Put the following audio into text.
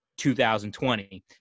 2020